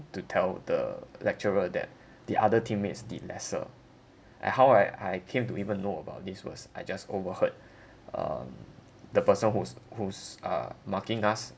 to tell the lecturer that the other teammates did lesser and how I I came to even know about this was I just overheard um the person who's who's uh marking us